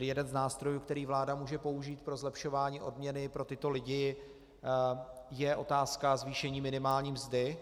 Jeden z nástrojů, který vláda může použít pro zlepšování odměny pro tyto lidi, je otázka zvýšení minimální mzdy.